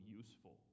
useful